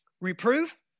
reproof